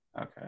Okay